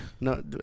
No